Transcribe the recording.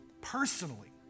personally